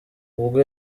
ubwo